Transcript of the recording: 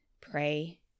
pray